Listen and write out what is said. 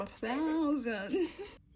thousands